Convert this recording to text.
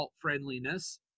friendliness